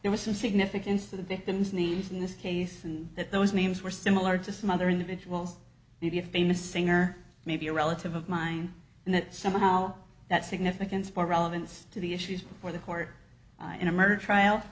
there was some significance to the victims names in this case and that those names were similar to some other individuals maybe a famous singer maybe a relative of mine and that somehow that significance for relevance to the issues before the court in a murder trial